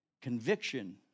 conviction